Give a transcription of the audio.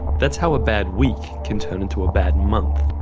that's how a bad week can turn into a bad month,